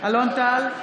אלון טל,